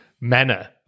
manner